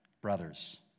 brothers